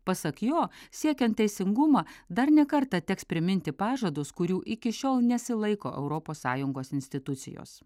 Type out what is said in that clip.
pasak jo siekiant teisingumo dar ne kartą teks priminti pažadus kurių iki šiol nesilaiko europos sąjungos institucijos